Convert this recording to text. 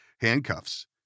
handcuffs